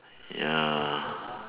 ya